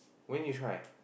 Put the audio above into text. when you try